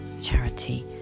charity